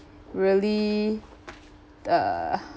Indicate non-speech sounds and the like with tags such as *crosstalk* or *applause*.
really the *breath*